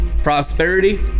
Prosperity